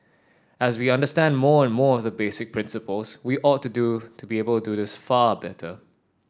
as we understand more and more of the basic principles we ought to do to be able to this far better